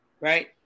Right